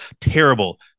Terrible